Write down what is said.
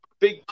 big